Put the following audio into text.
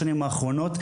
בשנים האחרונות,